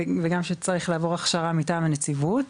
וגם שצריך לעבור הכשרה מטעם הנציבות.